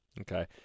Okay